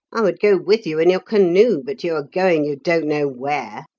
i would go with you in your canoe, but you are going you don't know where.